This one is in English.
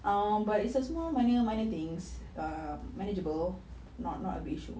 um but it's a small minor minor things err manageable not not big issue